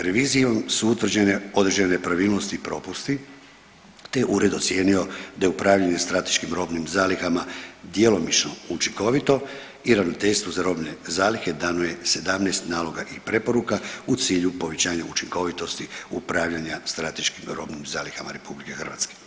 Revizijom su utvrđene određene nepravilnosti i propusti, te je ured ocijenio da je upravljanje strateškim robnim zalihama djelomično učinkovito i Ravnateljstvo za robne zalihe dano je 17 naloga i preporuka u cilju povećanja učinkovitosti upravljanja strateškim robnim zalihama Republike Hrvatske.